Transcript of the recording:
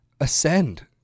ascend